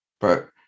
But-